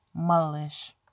Mullish